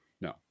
No